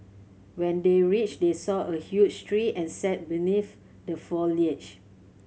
when they reached they saw a huge tree and sat beneath the foliage